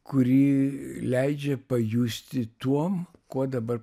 kuri leidžia pajusti tuom kuo dabar